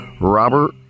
Robert